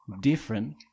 different